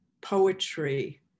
poetry